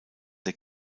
der